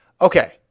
Okay